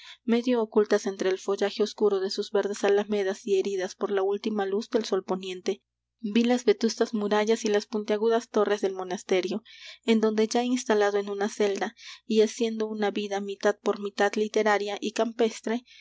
medio ocultas entre el follaje oscuro de sus verdes alamedas y heridas por la última luz del sol poniente vi las vetustas murallas y las puntiagudas torres del monasterio en donde ya instalado en una celda y haciendo una vida mitad por mitad literaria y campestre